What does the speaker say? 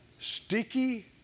Sticky